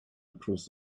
across